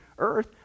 earth